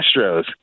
Astros